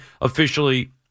officially